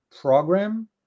program